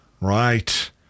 Right